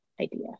idea